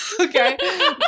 okay